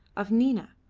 of nina,